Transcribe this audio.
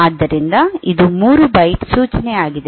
ಆದ್ದರಿಂದ ಇದು 3 ಬೈಟ್ ಸೂಚನೆಯಾಗಿದೆ